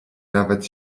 nawet